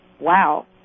wow